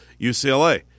UCLA